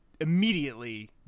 immediately